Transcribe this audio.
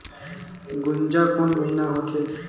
गुनजा कोन महीना होथे?